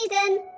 season